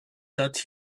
that